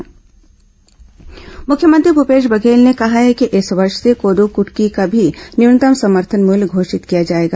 मुख्यमंत्री प्रवास मुख्यमंत्री भूपेश बघेल ने कहा है कि इस वर्ष से कोदो कूटकी का भी न्यूनतम समर्थन मूल्य घोषित किया जाएगा